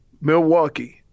Milwaukee